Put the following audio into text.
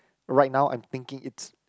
right now I'm thinking it's